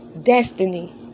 destiny